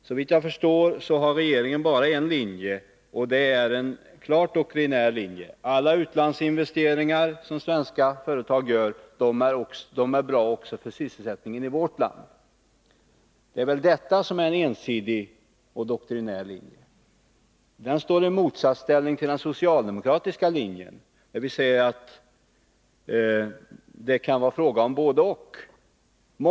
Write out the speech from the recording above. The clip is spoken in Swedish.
Såvitt jag förstår har regeringen bara en linje, och den är klart doktrinär: Alla utlandsinvesteringar som svenska företag gör är bra också för sysselsättningen i vårt land. Det är väl en ensidig och doktrinär linje, som står i motsatsställning till den socialdemokratiska linjen. Vi säger att det kan vara fråga om både-och.